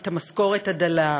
את המשכורת הדלה,